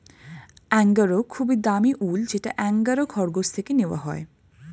angora খুবই দামি উল যেটা অ্যাঙ্গোরা খরগোশ থেকে নেওয়া হয়